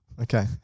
Okay